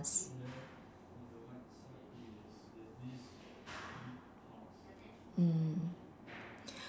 mm